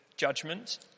judgment